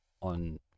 on